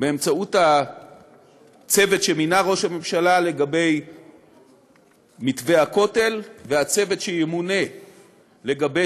באמצעות הצוות שמינה ראש הממשלה לגבי מתווה הכותל והצוות שימונה לגבי